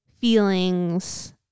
feelings